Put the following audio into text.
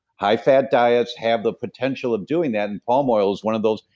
high fat diets have the potential of doing that and palm oil is one of those.